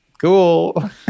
cool